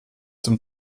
zum